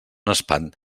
espant